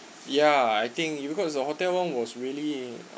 ya I think because the hotel room was really